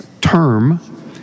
term